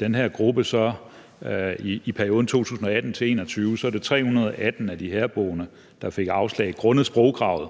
den her gruppe, var det i perioden 2018-2021 318 af de herboende, der fik afslag grundet sprogkravet,